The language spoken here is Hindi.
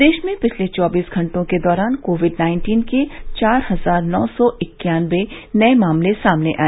प्रदेश में पिछले चौबीस घंटों के दौरान कोविड नाइन्टीन के चार हजार नौ सौ इक्यानबे नये मामले सामने आए